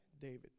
David